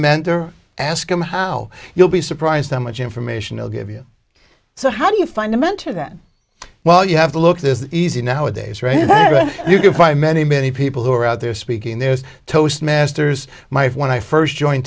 mentor ask them how you'll be surprised how much information they'll give you so how do you find a mentor that well you have to look this easy nowadays right you can find many many people who are out there speaking there's toastmasters my when i first joined